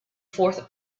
fourth